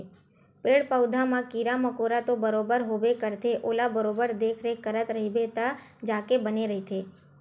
पेड़ पउधा म कीरा मकोरा तो बरोबर होबे करथे ओला बरोबर देखरेख करत रहिबे तब जाके बने रहिथे